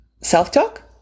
Self-talk